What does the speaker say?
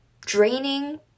draining